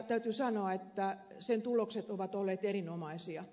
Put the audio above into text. täytyy sanoa että sen tulokset ovat olleet erinomaisia